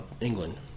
England